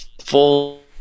full